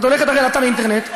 את הולכת הרי לאתר אינטרנט,